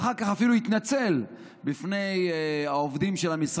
אחר כך הוא אפילו התנצל בפני העובדים של המשרד